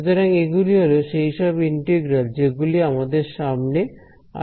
সুতরাং এগুলি হল সেইসব ইন্টিগ্রাল যেগুলি আমাদের সামনে আসবে